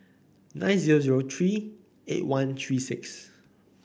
nine zero three eight one three six